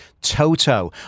Toto